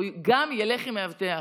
הוא ילך עם מאבטח.